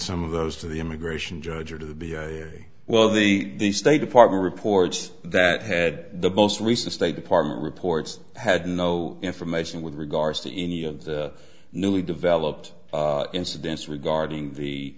some of those to the immigration judge or to the well the the state department reports that had the most recent state department reports had no information with regards to any of the newly developed incidents regarding the